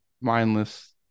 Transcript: mindless